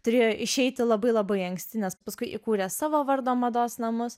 turėjo išeiti labai labai anksti nes paskui įkūrė savo vardo mados namus